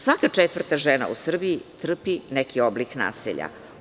Svaka četvrta žena u Srbiji trpi neki oblik nasilja.